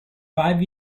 five